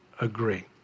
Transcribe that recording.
agree